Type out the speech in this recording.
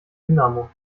dynamo